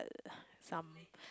uh some